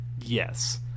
yes